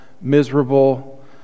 miserable